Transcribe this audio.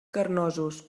carnosos